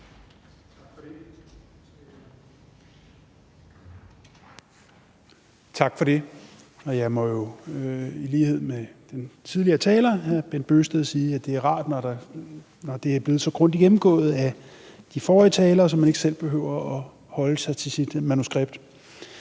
Tak for det. Jeg må jo i lighed med den tidligere taler, hr. Bent Bøgsted, sige, at det er rart, når det er blevet så grundigt gennemgået af de forrige talere, at man ikke selv behøver at holde sig til sit manuskript.